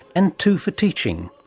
and two for teaching.